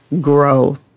grow